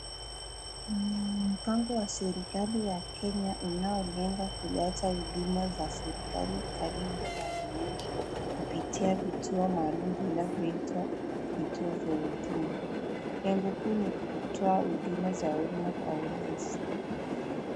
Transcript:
Mpango wa serikali ya Kenya unaolenga kuleta huduma za Serikali karibu na wananchi, kupitia vituo maalum vinavyoitwa vituo vya huduma. Lengo kuu ni kutoa huduma za uma kwa urahisi.